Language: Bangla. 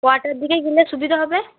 কটার দিকে গেলে সুবিধা হবে